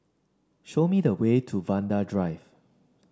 show me the way to Vanda Drive